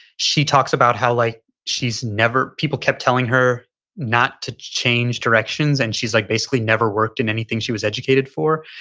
she talks about how like she's never, people kept telling her not to change directions and she's like basically never worked in anything she was educated for.